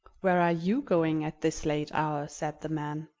where are you going at this late hour? said the man.